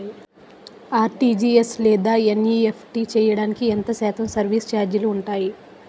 RTGS లేదా NEFT చేయడానికి ఎంత శాతం సర్విస్ ఛార్జీలు ఉంటాయి?